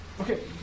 Okay